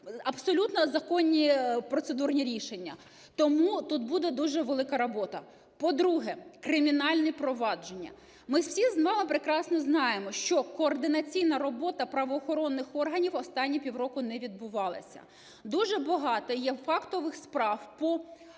абсолютно законні процедурні рішення. Тому тут буде дуже велика робота. По-друге, кримінальні провадження. Ми всі з вами прекрасно знаємо, що координаційна робота правоохоронних органів останні півроку не відбувалася. Дуже багато є фактових справ, по